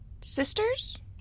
sisters